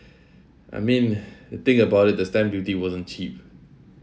I mean think about it the stamp duty wasn't cheap